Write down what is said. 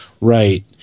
Right